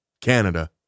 Canada